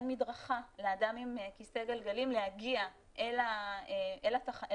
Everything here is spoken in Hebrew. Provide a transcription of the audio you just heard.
אין מדרכה לאדם עם כיסא גלגלים להגיע אל תחנת